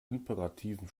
imperativen